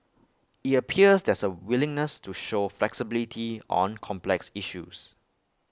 IT appears there's A willingness to show flexibility on complex issues